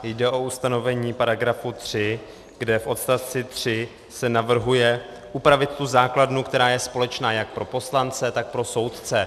Jde o ustanovení § 3, kde v odstavci 3 se navrhuje upravit tu základnu, která je společná jak pro poslance, tak pro soudce.